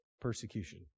persecution